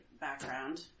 background